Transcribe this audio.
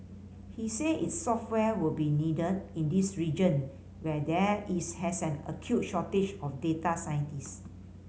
he said its software will be needed in this region where there is has an acute shortage of data scientists